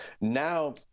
Now